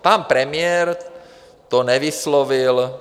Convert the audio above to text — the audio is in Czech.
Pan premiér to nevyslovil.